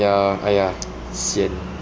ya !aiya! sian